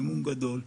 אימון גדול.